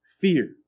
Fear